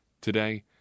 today